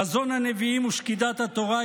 חזון הנביאים ושקידת התורה,